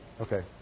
Okay